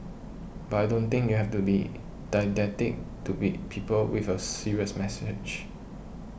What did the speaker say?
but I don't think you have to be didactic to beat people with a serious message